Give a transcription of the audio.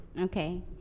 Okay